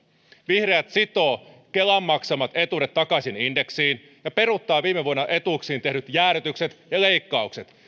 vihreät sitoo kelan maksamat etuudet takaisin indeksiin ja peruuttaa viime vuonna etuuksiin tehdyt jäädytykset ja leikkaukset